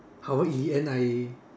how~ in the end I